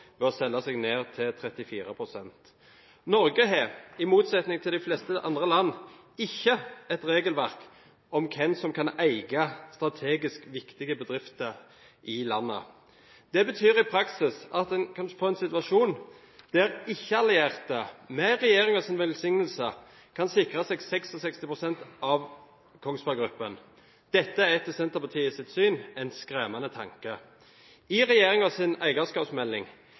ved å selge seg ned til 34. pst. Norge har, i motsetning til de fleste andre land, ikke et regelverk om hvem som kan eie strategisk viktige bedrifter i landet. Det betyr i praksis at en kan få en situasjon der ikke-allierte, med regjeringens velsignelse, kan sikre seg 66 pst. av Kongsberg Gruppen. Dette er etter Senterpartiets syn en skremmende tanke. I regjeringens eierskapsmelding